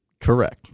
correct